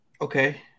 Okay